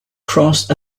crossed